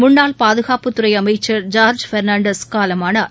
முன்னாள் பாதுகாப்புத் துறைஅமைச்சர் ஜார்ஜ் பெர்னாண்டஸ் காலமானார்